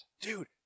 Dude